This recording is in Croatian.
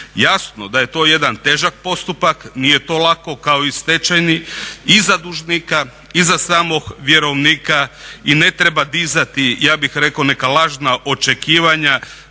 Jasno da je to jedan težak postupak, nije to lako kao i stečajni i za dužnika i za samog vjerovnika. I ne treba dizati ja bih rekao neka lažna očekivanja